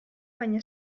baina